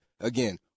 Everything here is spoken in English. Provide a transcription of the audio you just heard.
again